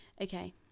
okay